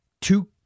two